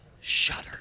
Shudder